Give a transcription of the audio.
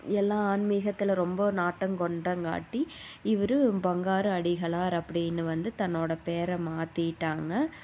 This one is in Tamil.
எல்லா ஆன்மீகத்தில் ரொம்ப நாட்டங்கொண்டங்காட்டி இவர் பங்காரு அடிகளார் அப்படின்னு வந்து தன்னோட பேரை மாற்றிட்டாங்க